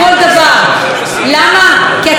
כי אתם באמת לא רוצים לשנות.